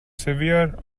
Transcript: severe